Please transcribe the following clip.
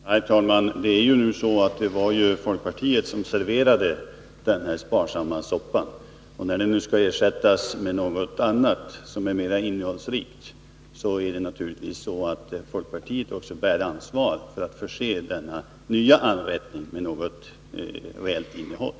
Herr talman! Det var folkpartiet som serverade den sparsamma soppan. När den nu skall ersättas med något annat, som är mera innehållsrikt, bär naturligtvis också folkpartiet ansvar för att förse denna nya anrättning med något reellt innehåll.